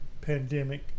pandemic